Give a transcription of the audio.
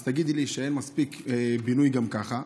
אז תגידי לי שאין מספיק בינוי גם ככה,